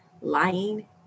lying